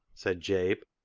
said jabe.